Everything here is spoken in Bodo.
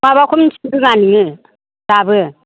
माबाखौनो मिथिनो रोङा नोङो दाबो